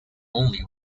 only